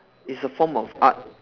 it's a form of art